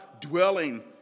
dwelling